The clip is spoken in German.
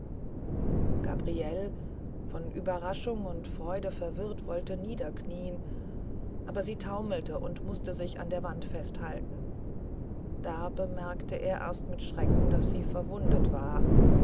gabriele von überraschung und freude verwirrt wollte niederknien aber sie taumelte und mußte sich an der wand festhalten da bemerkte er erst mit schrecken daß sie verwundet war